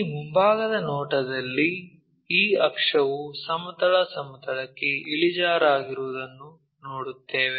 ಈ ಮುಂಭಾಗದ ನೋಟದಲ್ಲಿ ಈ ಅಕ್ಷವು ಸಮತಲ ಸಮತಲಕ್ಕೆ ಇಳಿಜಾರಾಗಿರುವುದನ್ನು ನೋಡುತ್ತೇವೆ